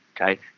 Okay